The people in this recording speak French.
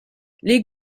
les